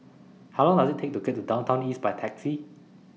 How Long Does IT Take to get to Downtown East By Taxi